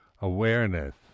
awareness